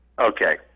Okay